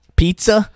pizza